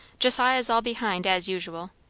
josiah's all behind, as usual.